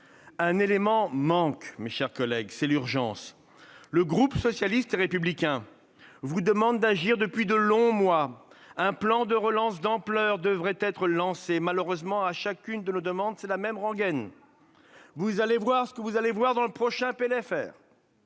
Un élément manque, mes chers collègues : c'est l'urgence. Le groupe socialiste et républicain vous demande d'agir depuis de longs mois. Un plan de relance d'ampleur devrait être lancé ; malheureusement, à chacune de nos demandes, c'est la même rengaine :« Vous allez voir ce que vous allez voir dans le prochain